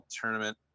tournament